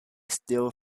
steel